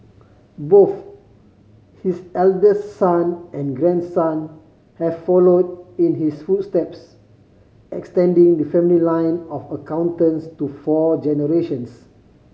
both his eldest son and grandson have followed in his footsteps extending the family line of accountants to four generations